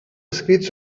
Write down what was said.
escrits